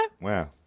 Wow